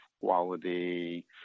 quality